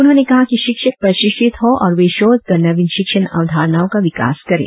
उन्होंने कहा कि शिक्षक प्रशिक्षित हो और वे शोध कर नवीन शिक्षण अवधारणाओं का विकास करे